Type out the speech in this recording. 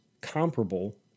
comparable